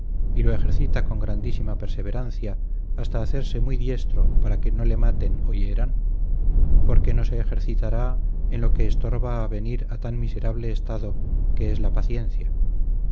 y lo ejercita con grandísima perseverancia hasta hacerse muy diestro para que no le maten o hieran por qué no se ejercitará en lo que estorba a venir a tan miserable estado que es la paciencia